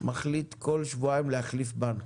מחליט כל שבועיים להחליף בנק,